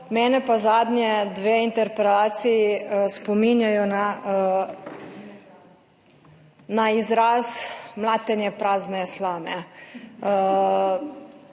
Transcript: mene pa zadnje dve interpelaciji spominjajo na izraz mlatenje prazne slame.